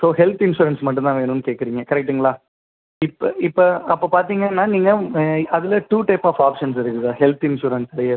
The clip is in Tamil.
ஸோ ஹெல்த் இன்ஷுரன்ஸ் மட்டும் தான் வேணும்னு கேட்குறீங்க கரெக்ட்டுங்களா இப்போ இப்போ அப்போ பார்த்தீங்கனா நீங்கள் அதுலேயே டூ டைப் ஆஃப் ஆப்ஷன்ஸ் இருக்குது சார் ஹெல்த் இன்ஷுரன்ஸ்லேயே